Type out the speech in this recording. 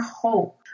hope